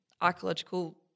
archaeological